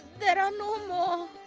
there, are no more.